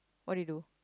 what do you do